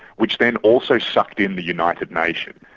which then also sucked in the united nations.